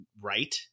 right